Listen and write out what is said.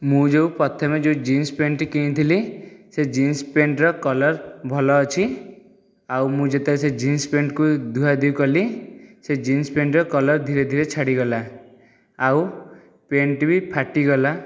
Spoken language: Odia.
ମୁଁ ଯେଉଁ ପ୍ରଥମେ ଯେଉଁ ଜିନ୍ସ ପେଣ୍ଟଟି କିଣିଥିଲି ସେ ଜିନ୍ସ ପେଣ୍ଟଟିର କଲର୍ ଭଲ ଅଛି ଆଉ ମୁଁ ଯେତେବେଳେ ସେ ଜିନ୍ସ ପେଣ୍ଟକୁ ଧୁଆଧୋଇ କଲି ସେ ଜିନ୍ସ ପେଣ୍ଟଟିର କଲର୍ ଧିରେ ଧିରେ ଛାଡ଼ିଗଲା ଆଉ ପେଣ୍ଟଟି ବି ଫାଟିଗଲା